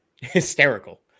Hysterical